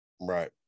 Right